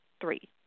three